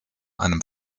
einem